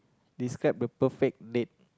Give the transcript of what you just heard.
describe the perfect date